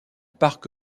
parc